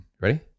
Ready